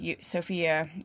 Sophia